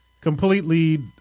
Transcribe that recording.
Completely